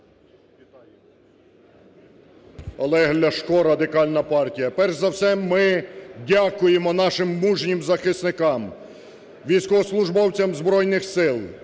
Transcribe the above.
Олег Ляшко, Радикальна партія. Перш за все, ми дякуємо нашим мужнім захисникам, військовослужбовцям Збройних Сил,